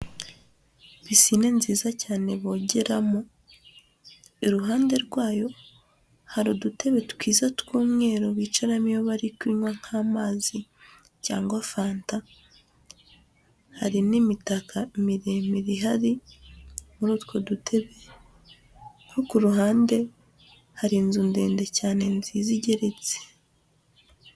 Pisine nziza cyane bogeramo, iruhande rwayo hari udutebe twiza tw'umweru bicaramo iyo bari kunywa nk'amazi cyangwa fanta, hari n'imitaka miremire ihari muri utwo dutebe, nk'aho ku ruhande hari inzu ndende cyane nziza igeretse.